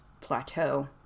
plateau